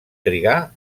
trigar